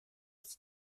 was